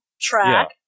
track